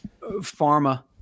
pharma